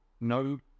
No